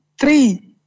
three